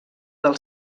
del